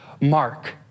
mark